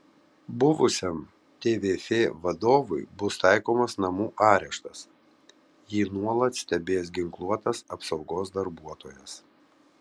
buvusiam tvf vadovui bus taikomas namų areštas jį nuolat stebės ginkluotas apsaugos darbuotojas